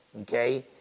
okay